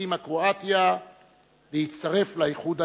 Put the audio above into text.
הסכימה קרואטיה להצטרף לאיחוד האירופי.